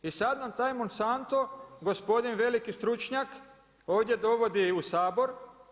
I sada nam taj Monsanto, gospodin veliki stručnjak ovdje dovodi u Sabor.